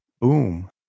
boom